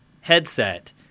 headset